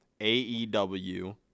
AEW